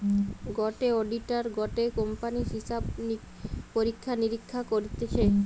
গটে অডিটার গটে কোম্পানির হিসাব পরীক্ষা নিরীক্ষা করতিছে